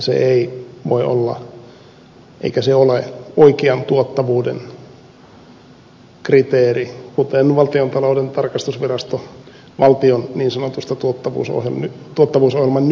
se ei voi olla eikä se ole oikean tuottavuuden kriteeri kuten valtiontalouden tarkastusvirasto valtion niin sanotusta tuottavuusohjelman nykyisestä menosta on sattuvasti todennut